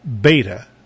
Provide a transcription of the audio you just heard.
beta